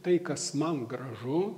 tai kas man gražu